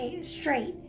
straight